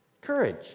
Courage